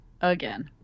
again